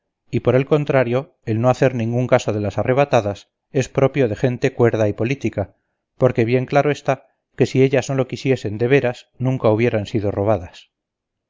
y por el contrario el no hacer ningún caso de las arrebatadas es propio de gente cuerda y política porque bien claro está que si ellas no lo quisiesen de veras nunca hubieran sido robadas